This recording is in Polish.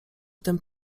tym